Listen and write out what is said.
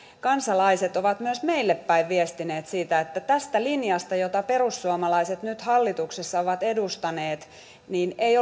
kansalaiset ovat myös meille päin viestineet siitä että tästä linjasta jota perussuomalaiset nyt hallituksessa ovat edustaneet ei